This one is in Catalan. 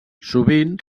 sovint